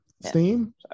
Steam